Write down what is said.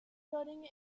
building